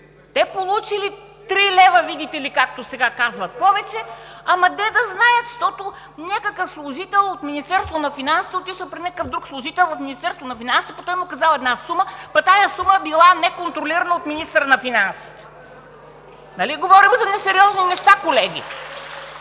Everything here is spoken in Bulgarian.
са получили три лева, видите ли, както сега казват, повече, ама де да знаят. Защото някакъв служител от Министерството на финансите е отишъл при някакъв друг служител в Министерството на финансите, пък той му казал една сума, пък тази сума била неконтролирана от министъра на финансите! Нали говорим за несериозни неща, колеги?!